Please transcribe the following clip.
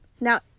Now